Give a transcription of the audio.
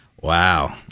Wow